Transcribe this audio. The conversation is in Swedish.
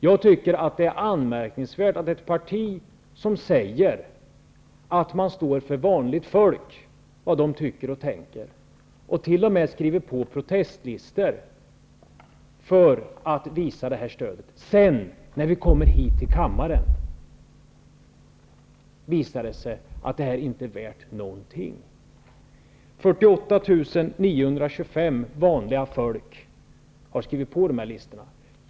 Jag tycker att det är anmärkningsvärt att ett parti som säger att man står för vanligt folk och vad de tycker och tänker och t.o.m. skriver på protestlistor för att visa detta stöd, sedan när vi kommer hit till kammaren visar att det inte är värt någonting. 48 925 av vanligt folk har skrivit på dessa listor.